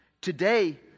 Today